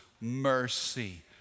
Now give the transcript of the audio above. mercy